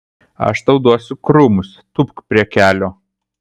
aš tau duosiu krūmus tūpk prie kelio